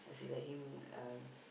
see like him uh